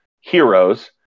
heroes